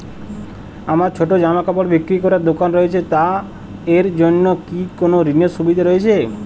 আমার ছোটো জামাকাপড় বিক্রি করার দোকান রয়েছে তা এর জন্য কি কোনো ঋণের সুবিধে রয়েছে?